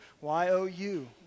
Y-O-U